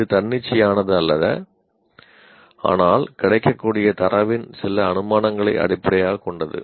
இது தன்னிச்சையானது அல்ல ஆனால் கிடைக்கக்கூடிய தரவின் சில அனுமானங்களை அடிப்படையாகக் கொண்டது